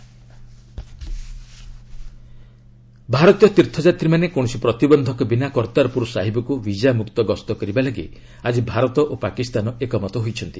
କର୍ତ୍ତାରପୁର ସାହିବ ଭାରତୀୟ ତୀର୍ଥଯାତ୍ରୀମାନେ କୌଣସି ପ୍ରତିବନ୍ଧକ ବିନା କର୍ତ୍ତାରପୁର ସାହିବକୁ ଭିଜା ମୁକ୍ତ ଗସ୍ତ କରିବା ଲାଗି ଆଜି ଭାରତ ଓ ପାକିସ୍ତାନ ଏକମତ ହୋଇଛନ୍ତି